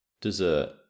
Dessert